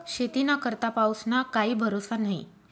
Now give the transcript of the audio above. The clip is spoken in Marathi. शेतीना करता पाऊसना काई भरोसा न्हई